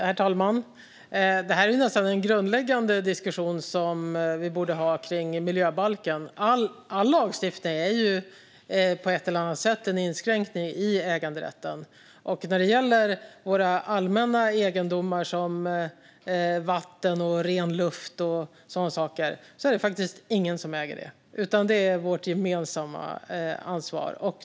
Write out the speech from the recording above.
Herr talman! Det är nästan en grundläggande diskussion som vi borde ha om miljöbalken. All lagstiftning är ju på ett eller annat sätt en inskränkning i äganderätten. När det gäller våra allmänna egendomar, såsom vatten, ren luft och sådana saker, är det ingen som äger dem, utan de är vårt gemensamma ansvar.